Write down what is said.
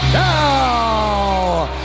now